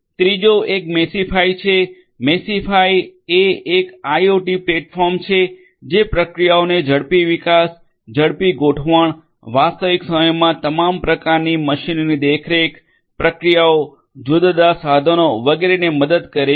ત્રીજો એક મેશિફાઇ છે મેશિફાઇ એ એક આઇઓઓટી પ્લેટફોર્મ છે જે પ્રક્રિયાઓને ઝડપી વિકાસ ઝડપી ગોઢવણ વાસ્તવિક સમયમાં તમામ પ્રકારની મશીનરીની દેખરેખ પ્રક્રિયાઓ જુદા જુદા સાધનો વગેરેને મદદ કરે છે